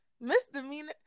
Misdemeanor